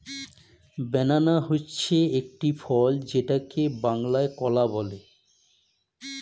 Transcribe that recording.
বানানা হচ্ছে একটি ফল যেটাকে বাংলায় কলা বলে